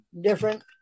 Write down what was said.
different